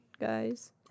guys